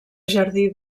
jardí